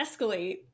escalate